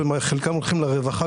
וחלקם הולכים גם לרווחה.